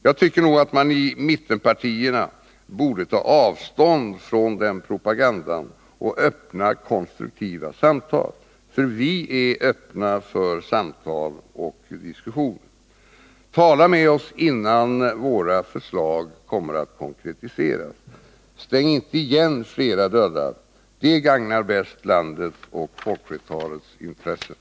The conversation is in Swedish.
Jag tycker nog att man i mittenpartierna borde ta avstånd från lögnpropagandan och öppna konstruktiva samtal — för vi är öppna för samtal och diskussion! Tala med oss, innan våra förslag konkretiseras! Stäng inte igen fler dörrar! Det gagnar bäst landets och folkflertalets intressen!